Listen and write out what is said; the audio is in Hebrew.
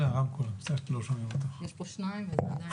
אני חושבת שלא